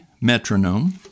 metronome